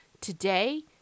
today